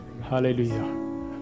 Hallelujah